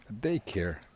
daycare